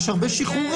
יש הרבה שחרורים.